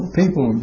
people